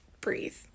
breathe